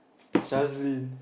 Shazleen